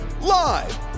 live